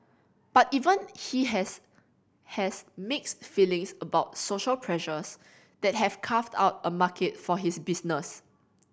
but even he has has mixed feelings about social pressures that have carved out a market for his business